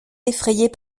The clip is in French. effrayés